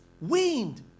wind